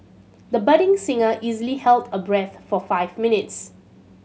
the budding singer easily held a breath for five minutes